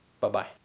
Bye-bye